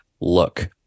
look